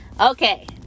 okay